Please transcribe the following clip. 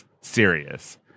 serious